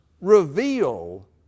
reveal